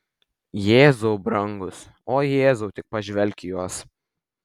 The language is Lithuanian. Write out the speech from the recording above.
jėzau brangus o jėzau tik pažvelk į juos